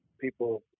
people